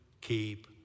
keep